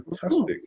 fantastic